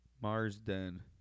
Marsden